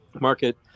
market